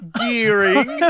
gearing